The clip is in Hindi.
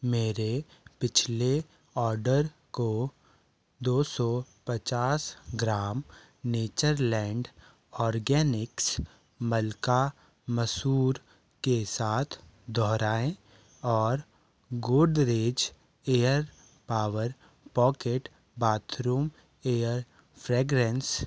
मेरे पिछले आर्डर को दो सौ पचास ग्राम नेचरलैंड ऑर्गॅनिक्स मलका मसूर के साथ दोहराएँ और Godrej air power pocket bathroom air fragrance